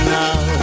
now